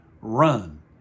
run